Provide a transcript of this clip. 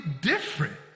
different